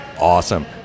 awesome